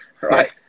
Right